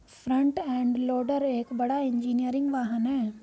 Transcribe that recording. front end loader एक बड़ा engineering वाहन है